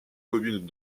communes